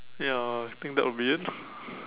ya I think that will be it